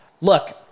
look